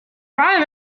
prime